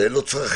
אין לו צרכים,